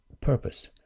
purpose